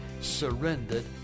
surrendered